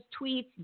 tweets